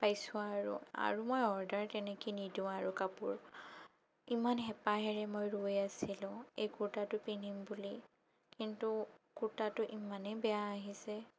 পাইছোঁ আৰু আৰু মই অৰ্ডাৰ তেনেকৈ নিদিওঁ আৰু কাপোৰ ইমান হেঁপাহেৰে মই ৰৈ আছিলোঁ এই কুৰ্তাটো পিন্ধিম বুলি কিন্তু কুৰ্তাটো ইমানেই বেয়া আহিছে